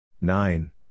nine